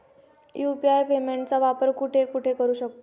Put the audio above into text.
UPI पेमेंटचा वापर कुठे कुठे करू शकतो?